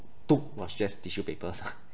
took was just tissue papers